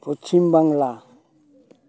Paschim Bangla